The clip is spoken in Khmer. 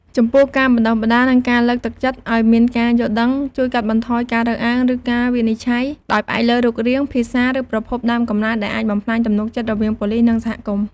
ចំពោះការបណ្តុះបណ្តាល និងការលើកទឹកចិត្តឱ្យមានការយល់ដឹង ជួយកាត់បន្ថយការរើសអើង ឬការវិនិច្ឆ័យដោយផ្អែកលើរូបរាង ភាសា ឬប្រភពដើមកំណើត ដែលអាចបំផ្លាញទំនុកចិត្តរវាងប៉ូលិស និងសហគមន៍។